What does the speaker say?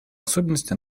особенности